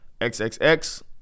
XXX